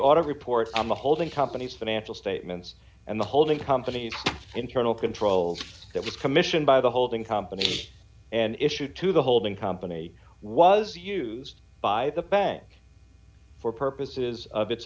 the holding company's financial statements and the holding company internal controls that was commissioned by the holding company and issue to the holding company was used by the bank for purposes of its